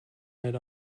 night